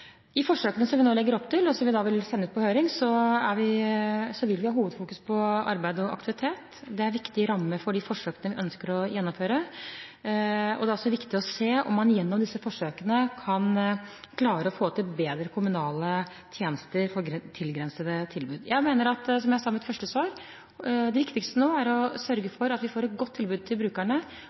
nå legger opp til, og som vi vil sende ut på høring, vil vi ha arbeid og aktivitet i fokus. Det er viktige rammer for de forsøkene vi ønsker å gjennomføre. Det er også viktig å se om man gjennom disse forsøkene kan klare å få til bedre kommunale tjenester for tilgrensede tilbud. Jeg mener, som jeg sa i mitt første svar, at det viktigste nå er å sørge for at vi får et godt tilbud til brukerne.